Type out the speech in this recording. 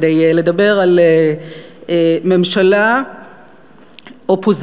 כדי לדבר על ממשלה, אופוזיציה,